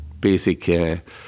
basic